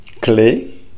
clay